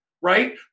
right